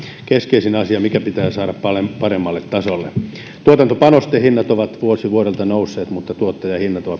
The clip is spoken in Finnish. keskeisin asia mikä pitää saada paljon paremmalle tasolle tuotantopanostehinnat ovat vuosi vuodelta nousseet mutta tuottajahinnat ovat